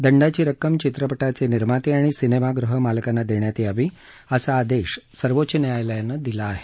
दंडाची रक्कम चित्रपटाचे निर्माते आणि सिनेमागृह मालकांना देण्यात यावी असा आदेश सर्वोच्च न्यायालयानं दिला आहे